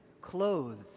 clothed